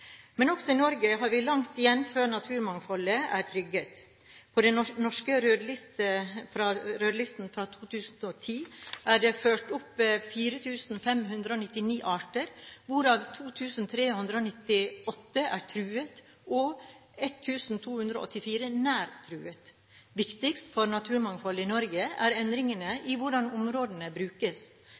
Men også i Norge har vi langt igjen før naturmangfoldet er trygget. På den norske rødlisten fra 2010 er det ført opp 4 599 arter, hvorav 2 398 er truet og 1 284 nær truet. Viktigst for naturmangfold i Norge er endringer i hvordan områder brukes.